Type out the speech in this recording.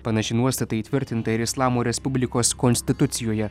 panaši nuostata įtvirtinta ir islamo respublikos konstitucijoje